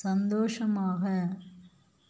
சந்தோஷமாக